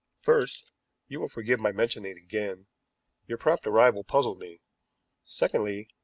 first you will forgive my mentioning it again your prompt arrival puzzled me secondly,